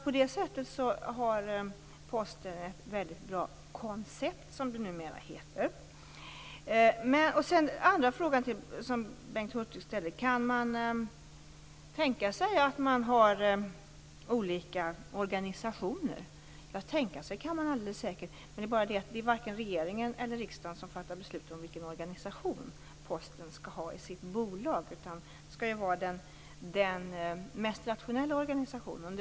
På det sättet har Posten ett mycket bra koncept, som det numera heter. Den andra frågan som Bengt Hurtig ställde löd: Kan man tänka sig att ha olika organisationer? Ja, tänka sig det kan man alldeles säkert göra. Men det är varken regeringen eller riksdagen som fattar beslut om vilken organisation som Posten skall ha i sitt bolag, utan det skall vara den mest rationella organisationen.